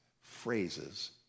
phrases